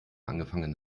angefangen